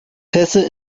pässe